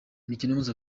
y’umunsi